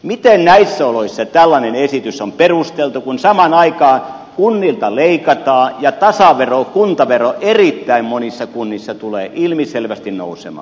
miten näissä oloissa tällainen esitys on perusteltu kun samaan aikaan kunnilta leikataan ja tasavero kuntavero erittäin monissa kunnissa tulee ilmiselvästi nousemaan